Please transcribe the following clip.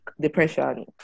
depression